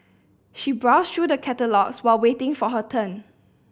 she browsed through the catalogues while waiting for her turn